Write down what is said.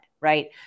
right